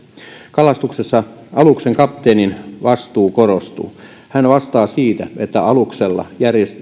kalastuksessa aluksen kapteenin vastuu korostuu hän vastaa siitä että aluksella